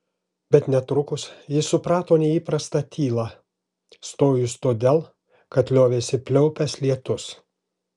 bet netrukus ji suprato neįprastą tylą stojus todėl kad liovėsi pliaupęs lietus